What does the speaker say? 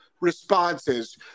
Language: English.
Responses